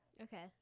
Okay